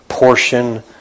Portion